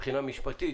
מבחינה משפטית.